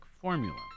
formula